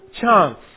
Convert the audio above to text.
chance